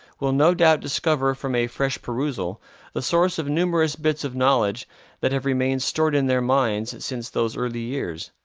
will no doubt discover from a fresh perusal the source of numerous bits of knowledge that have remained stored in their minds since those early years.